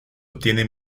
obtiene